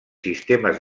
sistemes